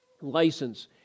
license